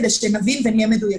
כדי שנבין ונהיה מדויקים.